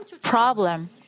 problem